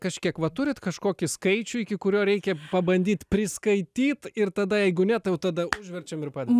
kažkiek vat turit kažkokį skaičių iki kurio reikia pabandyt priskaityt ir tada jeigu ne tai jau tada užverčiam ir padedam